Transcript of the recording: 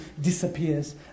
disappears